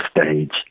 stage